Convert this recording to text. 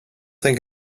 think